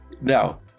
now